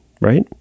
right